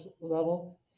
level